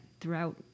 throughout